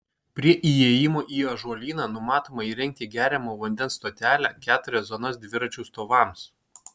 prie įėjimo į ažuolyną numatoma įrengti geriamo vandens stotelę keturias zonas dviračių stovams